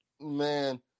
man